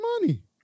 money